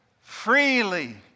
Freely